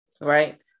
right